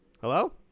hello